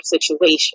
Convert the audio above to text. situation